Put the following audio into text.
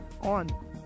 on